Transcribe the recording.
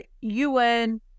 UN